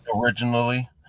Originally